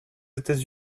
états